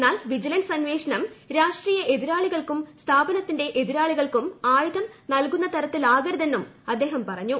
എന്നാൽ വിജിലൻസ് അന്വേഷണം രാഷ്ട്രീയ എതിരാളികൾക്കുക സ്ഥാപനത്തിന്റെ എതിരാളികൾക്കും ആയുധം നല്കുന്നത്ർത്ത്ലാകരുതെന്നും അദ്ദേഹം പറഞ്ഞു